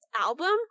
album